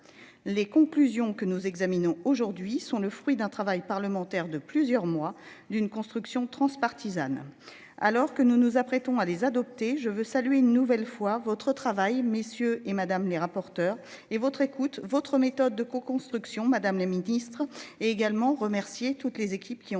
Les conclusions que nous examinons aujourd'hui sont le fruit d'un travail parlementaire de plusieurs mois d'une construction transpartisane alors que nous nous apprêtons à les adopter. Je veux saluer une nouvelle fois votre travail messieurs et Madame les rapporteurs et votre écoute votre méthode de coconstruction Madame la Ministre est également remercier toutes les équipes qui ont